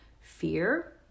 fear